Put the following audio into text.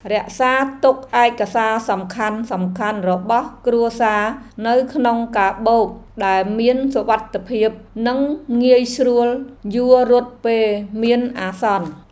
រក្សាទុកឯកសារសំខាន់ៗរបស់គ្រួសារនៅក្នុងកាបូបដែលមានសុវត្ថិភាពនិងងាយស្រួលយួររត់ពេលមានអាសន្ន។